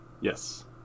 yes